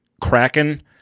kraken